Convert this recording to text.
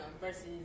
versus